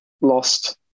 lost